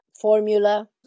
formula